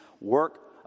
work